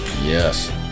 Yes